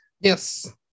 Yes